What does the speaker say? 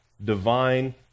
divine